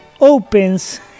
opens